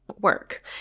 work